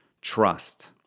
trust